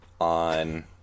on